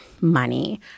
money